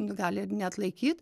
nu gali ir neatlaikyt